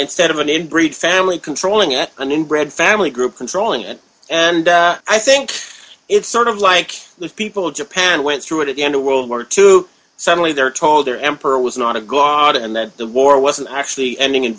instead of an inbreed family controlling at an inbred family group controlling it and i think it's sort of like those people japan went through it at the end of world war two suddenly they're told her emperor was not a guard and that the war wasn't actually ending